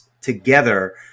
together